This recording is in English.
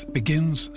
begins